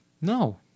No